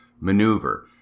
Maneuver